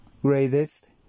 greatest